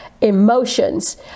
emotions